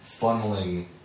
funneling